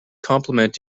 complement